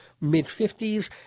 mid-50s